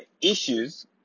issues